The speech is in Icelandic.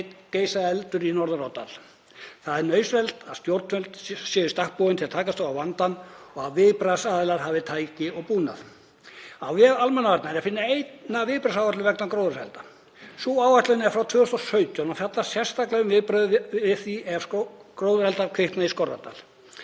Það er nauðsynlegt að stjórnvöld séu í stakk búin til að takast á við vandann og að viðbragðsaðilar hafi tæki og búnað. Á vef almannavarna er að finna eina viðbragðsáætlun vegna gróðurelda. Sú áætlun er frá 2017 og fjallar sérstaklega um viðbrögð við því ef gróðureldar kvikna í Skorradal.